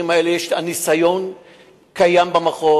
הניסיון קיים במחוז.